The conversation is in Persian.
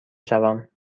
شوم